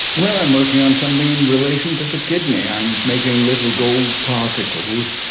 well i'm working on something in relation to the kidney. i'm making little gold particles,